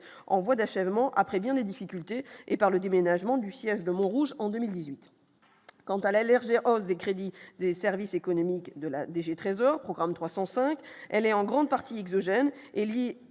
en voie d'achèvement après bien des difficultés et par le déménagement du siège de Montrouge en 2018 quant à l'allergène, hausse des crédits des services économiques de la DG Trésor programme 305 elle est en grande partie exogène et le